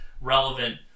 relevant